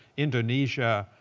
indonesia,